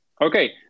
Okay